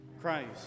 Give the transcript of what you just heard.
Christ